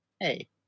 Hey